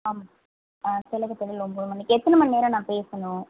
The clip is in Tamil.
ஆமாம் திலகர் திடல் ஒம்பது மணிக்கு எத்தனை மணி நேரம் நான் பேசணும்